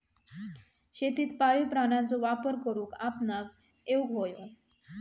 शेतीत पाळीव प्राण्यांचो वापर करुक आपणाक येउक हवो